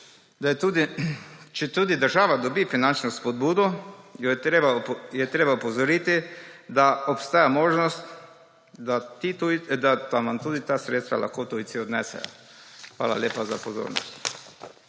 četudi država dobi finančno spodbudo, je treba opozoriti, da obstaja možnost, da nam tudi ta sredstva lahko tujci odnesejo. Hvala lepa za pozornost.